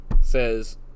says